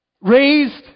raised